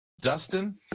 Dustin